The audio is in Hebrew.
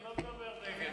אני לא מדבר נגד.